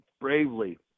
bravely